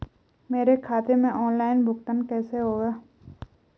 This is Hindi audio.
मेरे खाते में ऑनलाइन भुगतान कैसे होगा?